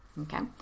Okay